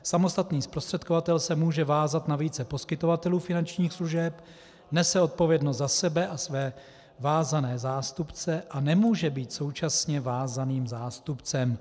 Samostatný zprostředkovatel se může vázat na více poskytovatelů finančních služeb, nese odpovědnost za sebe a své vázané zástupce a nemůže být současně vázaným zástupcem.